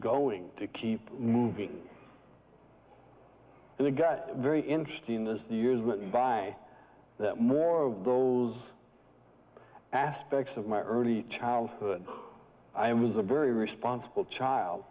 going to keep moving and the guy very interesting as the years went by that more of those aspects of my early childhood i was a very responsible child